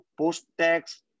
post-tax